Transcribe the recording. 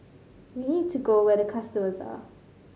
we need to go where the customers are